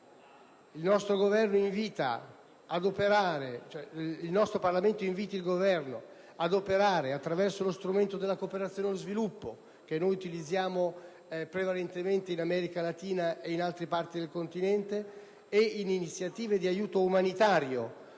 La mozione parlamentare invita poi il Governo a porre in essere, attraverso lo strumento della cooperazione allo sviluppo - che utilizziamo prevalentemente in America Latina e in altre parti del continente - e delle iniziative di aiuto umanitario,